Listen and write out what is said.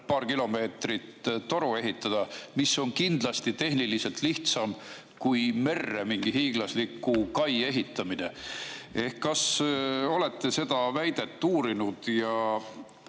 paar kilomeetrit toru ehitada, mis on kindlasti tehniliselt lihtsam kui merre mingi hiiglasliku kai ehitamine. Kas olete seda väidet uurinud ja